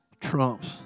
trumps